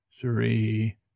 three